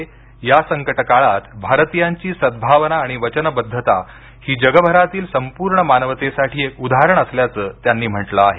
कोविडच्या संकट काळात भारतीयांची सद्गावना आणि वचनबद्धता ही जगभरातील संपूर्ण मानवतेसाठी एक उदाहरण असल्याचं त्यांनी म्हटलं आहे